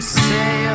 say